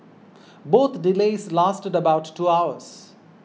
both delays lasted about two hours